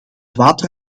water